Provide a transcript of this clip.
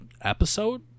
episode